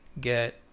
get